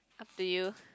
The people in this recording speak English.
up to you